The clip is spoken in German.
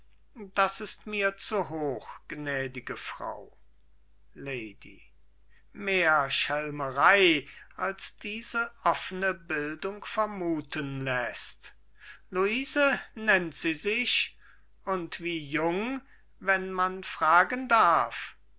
das ist mir zu hoch gnädige frau lady mehr schelmerei als diese offene bildung vermuthen läßt luise nennt sie sich und wie jung wenn man fragen darf